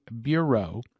bureau